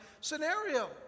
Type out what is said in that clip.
scenario